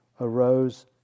arose